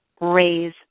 Raise